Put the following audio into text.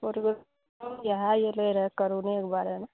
पुरबे इहए एलै रह करोनोके बारेमे